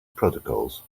protocols